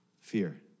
Fear